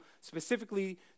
specifically